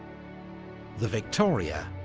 the victoria,